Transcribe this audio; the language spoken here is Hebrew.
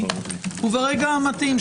וברגע המתאים,